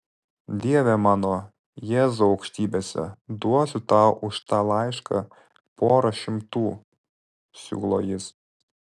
dieve mano jėzau aukštybėse duosiu tau už tą laišką porą šimtų siūlo jis